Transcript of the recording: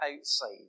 outside